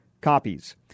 copies